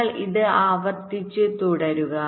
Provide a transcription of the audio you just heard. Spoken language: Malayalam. നിങ്ങൾ ഇത് ആവർത്തിച്ച് തുടരുക